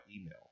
email